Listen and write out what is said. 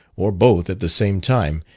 or both at the same time,